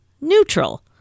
neutral